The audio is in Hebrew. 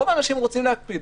רוב האנשים רוצים להקפיד.